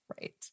Right